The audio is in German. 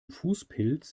fußpilz